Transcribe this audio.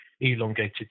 elongated